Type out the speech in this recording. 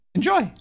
Enjoy